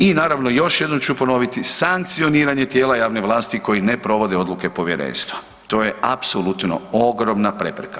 I naravno još jednom ću ponoviti, sankcioniranje tijela javne vlasti koji ne provode odluke povjerenstva, to je apsolutno ogromna prepreka.